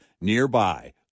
nearby